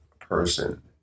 person